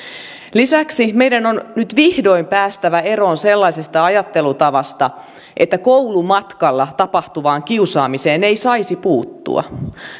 lisäksi meidän on nyt vihdoin päästävä eroon sellaisesta ajattelutavasta että koulumatkalla tapahtuvaan kiusaamiseen ei saisi puuttua